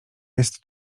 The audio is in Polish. jest